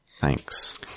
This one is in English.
Thanks